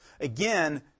Again